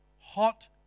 hot